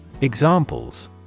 Examples